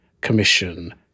commission